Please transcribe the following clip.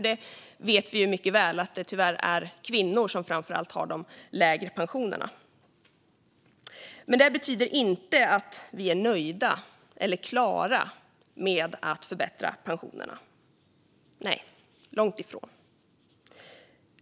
Vi vet mycket väl att det tyvärr framför allt är kvinnor som har de lägre pensionerna. Detta betyder inte att vi är nöjda eller klara med att förbättra pensionerna, långt därifrån.